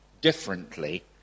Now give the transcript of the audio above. differently